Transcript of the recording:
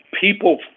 People